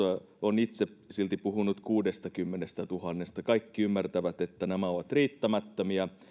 on itse silti puhunut kuudestakymmenestätuhannesta kaikki ymmärtävät että nämä ovat riittämättömiä